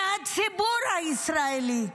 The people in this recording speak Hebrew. מהציבור הישראלי,